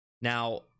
Now